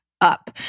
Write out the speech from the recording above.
up